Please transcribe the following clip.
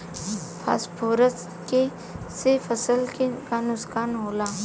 Phosphorus के से फसल के का नुकसान होला?